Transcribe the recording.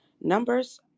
Numbers